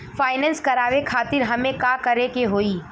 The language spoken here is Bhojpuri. फाइनेंस करावे खातिर हमें का करे के होई?